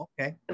okay